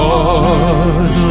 Lord